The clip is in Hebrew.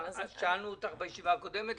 שאלנו אותך בישיבה הקודמת,